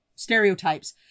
stereotypes